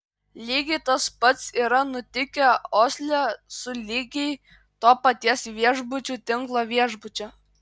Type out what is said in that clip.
lygiai tas pats yra nutikę osle su lygiai to paties viešbučių tinklo viešbučiu